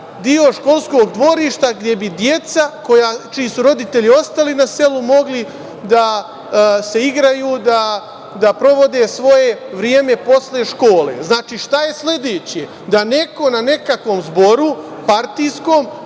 deo školskog dvorišta gde bi deca čiji su roditelji ostali na selu mogla da se igraju, da provode svoje vreme posle škole. Šta je sledeće? Da neko na nekakvom zboru partijskom